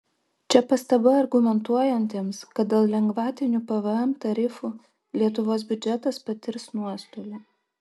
čia pastaba argumentuojantiems kad dėl lengvatinių pvm tarifų lietuvos biudžetas patirs nuostolių